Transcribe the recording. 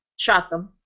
shot them,